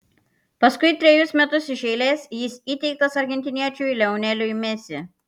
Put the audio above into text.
paskui trejus metus iš eilės jis įteiktas argentiniečiui lioneliui messi